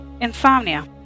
Insomnia